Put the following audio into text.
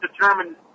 determined